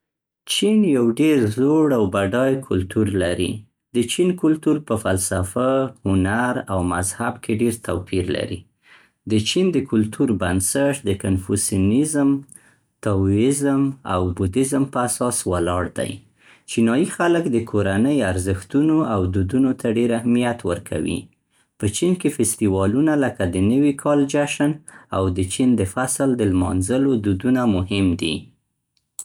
چین یو ډیر زوړ او بډای کلتور لري. د چین کلتور په فلسفه، هنر، او مذهب کې ډېر توپیر لري. د چین د کلتور بنسټ د کنفوسینیزم، تاؤیزم، او بودیزم په اساس ولاړ دی. چینایي خلک د کورنۍ ارزښتونو او دودونو ته ډېر اهمیت ورکوي. په چین کې فستیوالونه لکه د نوې کال جشن او د چین د فصل د لمانځلو دودونه مهم دي.